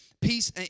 Peace